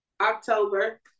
October